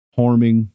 harming